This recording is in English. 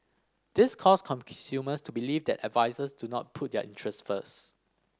this caused consumers to believe that advisers do not put their interest first